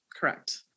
Correct